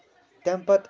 تَمہِ پَتہٕ